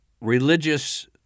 religious